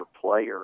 player